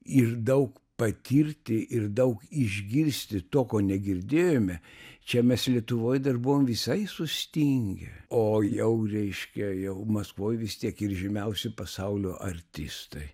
ir daug patirti ir daug išgirsti to ko negirdėjome čia mes lietuvoj dar buvom visai sustingę o jau reiškia jau maskvoj vis tiek ir žymiausi pasaulio artistai